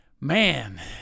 man